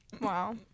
Wow